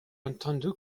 entendu